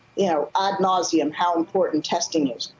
you know ah nauseam how important testing is.